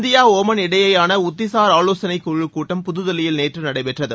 India Oman இடையேயான உத்திசார் ஆலோசனைக் குழுக் கூட்டம் புதுதில்லியில் நேற்று நடைபெற்றது